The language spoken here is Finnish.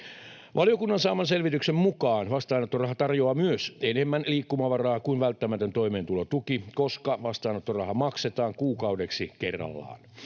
Valiokunnan saaman selvityksen mukaan vastaanottoraha tarjoaa myös enemmän liikkumavaraa kuin välttämätön toimeentulotuki, koska vastaanottorahaa maksetaan kuukaudeksi kerrallaan.